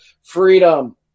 freedom